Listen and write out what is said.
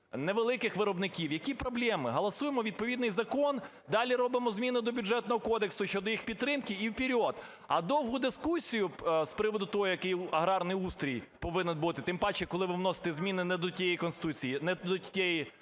невеликих виробників, які проблеми? Робимо відповідний закон, далі робимо зміну до Бюджетного кодексу щодо їх підтримки – і "вперёд"! А довгу дискусію з приводу того, який аграрний устрій повинен бути, тим паче, коли ви вносите зміни не до тієї Конституції, не до тієї